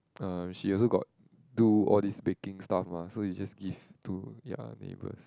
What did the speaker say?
uh she also got do all this baking stuff mah so is just give to their neighbours